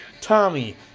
Tommy